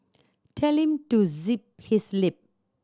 tell him to zip his lip